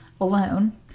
alone